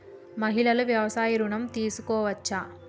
మహిళలు వ్యవసాయ ఋణం తీసుకోవచ్చా?